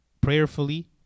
prayerfully